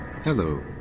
Hello